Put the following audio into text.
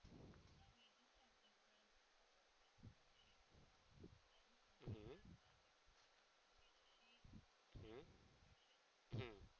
mmhmm mm